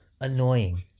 annoying